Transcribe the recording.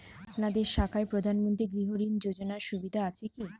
আপনাদের শাখায় প্রধানমন্ত্রী গৃহ ঋণ যোজনার সুবিধা আছে কি?